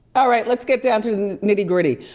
all right, let's get down to the nitty gritty.